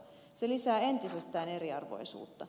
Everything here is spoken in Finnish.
se lisää entisestään eriarvoisuutta